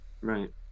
right